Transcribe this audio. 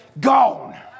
Gone